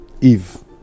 eve